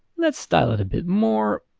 let's style it a bit more.